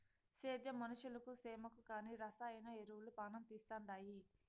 సేద్యం మనుషులకు సేమకు కానీ రసాయన ఎరువులు పానం తీస్తండాయి